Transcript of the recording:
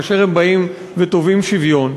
כאשר הם באים ותובעים שוויון,